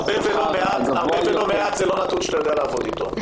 "הרבה" או "לא מעט" זה לא נתון שניתן לעבוד איתו.